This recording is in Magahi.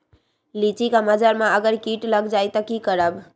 लिचि क मजर म अगर किट लग जाई त की करब?